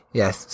yes